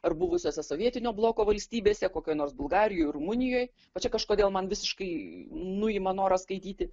ar buvusiose sovietinio bloko valstybėse kokioj nors bulgarijoj rumunijoj va čia kažkodėl man visiškai nuima norą skaityti